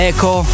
Echo